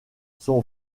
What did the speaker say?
son